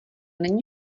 není